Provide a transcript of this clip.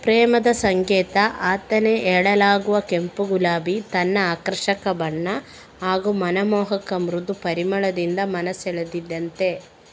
ಪ್ರೇಮದ ಸಂಕೇತ ಅಂತಾನೇ ಹೇಳಲಾಗುವ ಕೆಂಪು ಗುಲಾಬಿ ತನ್ನ ಆಕರ್ಷಕ ಬಣ್ಣ ಹಾಗೂ ಮನಮೋಹಕ ಮೃದು ಪರಿಮಳದಿಂದ ಮನ ಸೆಳೀತದೆ